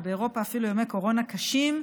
ובאירופה אפילו ימי קורונה קשים.